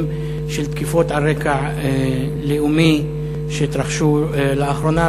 של תקיפות על רקע לאומי שהתרחשו לאחרונה.